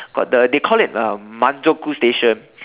got the they called it um manzoku station